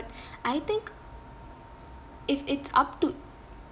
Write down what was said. I think if it's up to